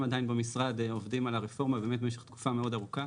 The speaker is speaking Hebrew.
עדיין במשרד עובדים על הרפורמה ובאמת במשך תקופה מאוד ארוכה.